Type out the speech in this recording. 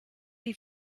die